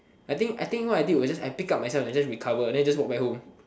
I think I think what I did was just I pick up myself and just recover and just walk back home